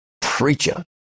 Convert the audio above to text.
preacher